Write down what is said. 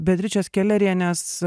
beatričės kelerienės